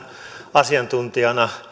asiantuntijana